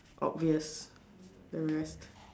obvious the rest